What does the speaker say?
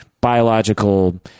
biological